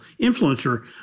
influencer